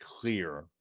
clear